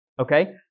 Okay